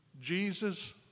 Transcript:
Jesus